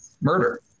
murder